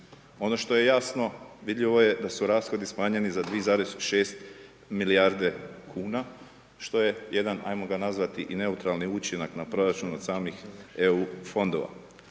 ono što je jasno vidljivo je da su rashodi smanjeni za 2,6 milijarde kuna što je jedan ajmo ga nazvati i neutralni učinak na proračun od samih EU fondova.